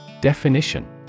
Definition